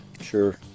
Sure